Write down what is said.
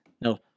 No